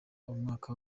umwaka